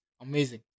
Amazing